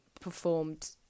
performed